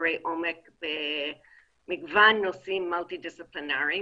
במחקרי עומק במגוון נושאים מולטי דיסציפלינריים,